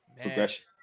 progression